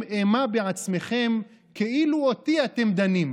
באימה בעצמכם כאילו אותי אתם דנין".